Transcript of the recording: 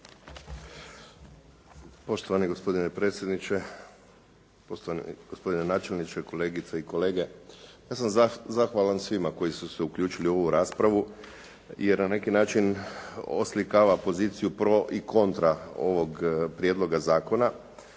Poštovani gospodine predsjedniče, poštovani gospodine načelniče, kolegice i kolege. Ja sam zahvalan svima koji su se uključili u ovu raspravu jer na neki način oslikava poziciju pro i kontra ovog prijedloga zakona.